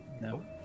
No